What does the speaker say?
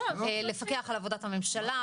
לפקח על עבודת הממשלה.